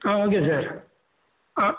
ஆ okay sir ஆ